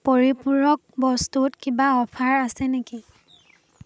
পৰিপূৰক বস্তুত কিবা অফাৰ আছে নেকি